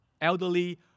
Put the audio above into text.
elderly